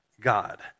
God